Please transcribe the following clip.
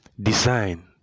design